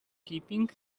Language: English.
keeping